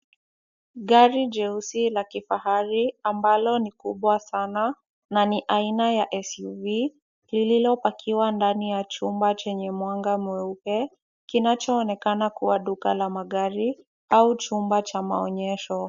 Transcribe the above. Gari jeusi la kifahari ambalo ni kubwa sana na ni aina ya SUV lililopakiwa ndani ya chumba chenye mwanga mweupe kinachoonekana kuwa duka la magari au chumba cha maonyesho.